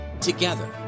together